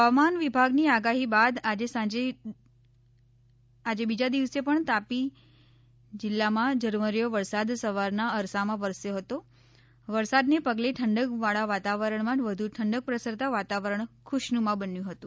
હવામાન વિભાગની આગાહી બાદ આજે બીજા દિવસે પણ તાપી જિલ્લામાં ઝરમરીયો વરસાદ સવારના અરસામાં વરસ્યો હતો વરસાદને પગલે ઠંડક વાળા વાતાવરણમાં વધુ ઠંડક પ્રસરતા વાતાવરણ ખુશનુમા બન્યું હતું